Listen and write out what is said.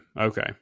Okay